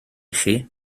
chi